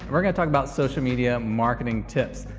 we're going to talk about social media marketing tips.